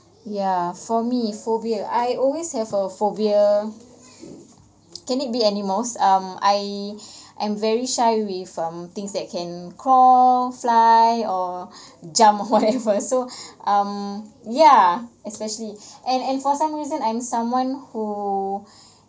ya for me phobia I always have a phobia can it be animals um I am very shy with um things that can crawl fly or jump whatever so um ya especially and and for some reason I'm someone who